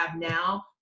now